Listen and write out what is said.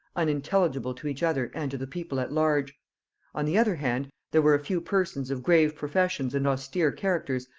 unintelligible to each other and to the people at large on the other hand, there were a few persons of grave professions and austere characters,